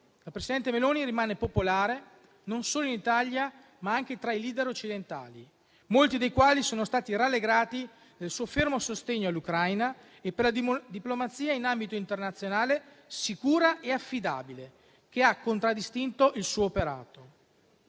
la presidente Meloni rimane popolare non solo in Italia, ma anche tra i *leader* occidentali, molti dei quali si sono rallegrati del suo fermo sostegno all'Ucraina e per la diplomazia in ambito internazionale, sicura e affidabile, che ha contraddistinto il suo operato.